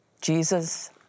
Jesus